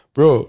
Bro